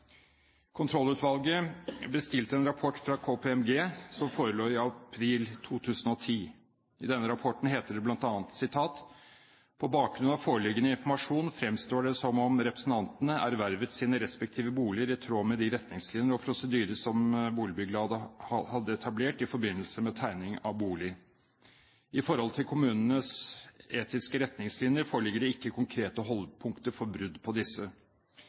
Kontrollutvalget bestilte en rapport fra KPMG som forelå i april 2010. I denne rapporten heter det bl.a., ifølge innstillingen: «På bakgrunn av foreliggende informasjon fremstår det som» … «ervervet sine respektive boliger i tråd med de retningslinjer og prosedyrer som TNBBL hadde etablert i forbindelse med tegning av bolig. I forhold til kommunens etiske retningslinjer forligger det ikke konkrete holdepunkter for brudd på disse.